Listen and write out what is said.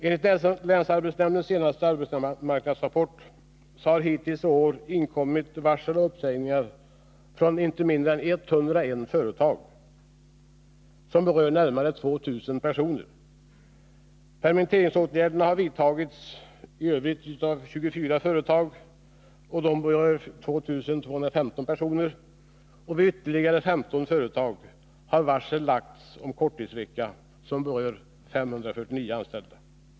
Enligt länsarbetsnämndens senaste arbetsmarknadsrapport har hittills i år inkommit varsel om uppsägning från inte mindre än 101 företag som berör närmare 2 000 anställda. Permitteringsåtgärder har vidtagits av 24 företag som rör 2 215 personer. Vid ytterligare 15 företag har varsel lagts ut om korttidsvecka, vilka berör 549 anställda.